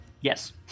yes